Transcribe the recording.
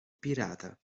pirata